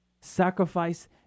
Sacrifice